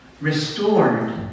restored